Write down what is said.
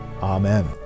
Amen